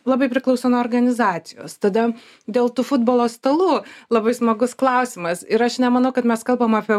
labai priklauso nuo organizacijos tada dėl tų futbolo stalų labai smagus klausimas ir aš nemanau kad mes kalbam apie